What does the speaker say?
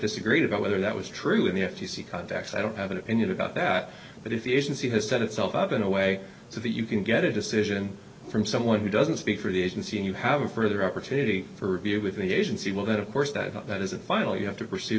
disagreed about whether that was true when the f t c contacts i don't have an opinion about that but if the agency has set itself up in a way so that you can get a decision from someone who doesn't speak for the agency and you have a further opportunity for review with the agency well that of course that is a final you have to pursue